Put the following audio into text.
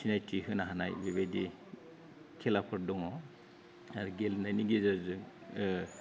सिनायथि होनो हानाय बेबायदि खेलाफोर दङ आर गेलेनायनि गेजेरजों